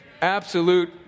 absolute